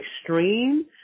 extreme